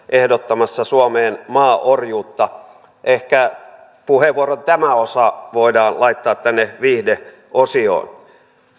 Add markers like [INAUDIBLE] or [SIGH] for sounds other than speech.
[UNINTELLIGIBLE] ehdottamassa suomeen maaorjuutta ehkä puheenvuoron tämä osa voidaan laittaa tänne viihdeosioon